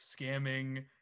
scamming